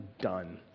done